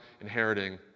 inheriting